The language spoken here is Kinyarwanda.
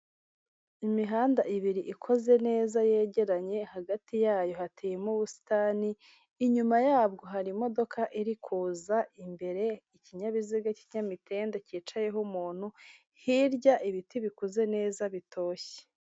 Imihanda ibiri ikoze neza yegeranye, hagati yayo hateyemo ubusitani inyuma yabwo hari imodoka iri kuza imbere. Ikinyabiziga cy'ibinyamitende cyicayeho umuntu, hirya ibiti bikuze neza bitoshye.